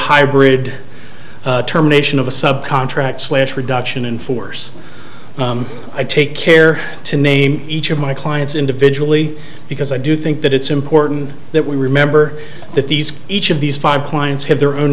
hybrid term nation of a subcontract slash reduction in force i take care to name each of my clients individually because i do think that it's important that we remember that these each of these five clients have their own